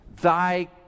thy